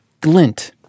glint